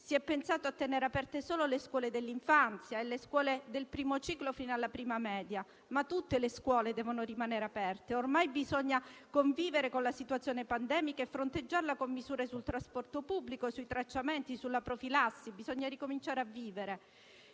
Si è pensato a tenere aperte solo le scuole dell'infanzia e del primo ciclo fino alla prima media, ma tutte le scuole devono rimanere aperte. Ormai bisogna convivere con la situazione pandemica e fronteggiarla con misure sul trasporto pubblico, sui tracciamenti e sulla profilassi. Bisogna ricominciare a vivere